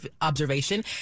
observation